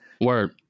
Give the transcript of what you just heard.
Word